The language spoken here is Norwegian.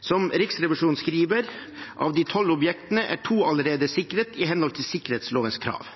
Som Riksrevisjonen skriver: Av de tolv objektene er to allerede sikret i henhold til sikkerhetslovens krav.